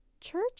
church